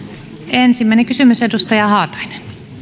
ensimmäinen kysymys edustaja haatainen